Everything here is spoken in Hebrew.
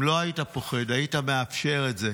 אם לא היית פוחד היית מאפשר את זה.